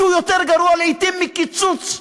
שהוא יותר גרוע לעתים מקיצוץ ישיר,